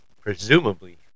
presumably